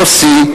יוסי,